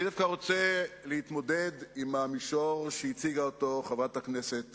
אני דווקא רוצה להתמודד עם המישור שהציגה חברת הכנסת